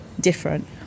different